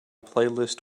playlist